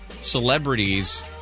celebrities